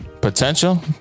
Potential